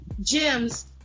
gems